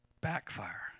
Backfire